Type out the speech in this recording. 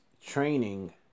training